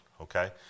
okay